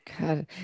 god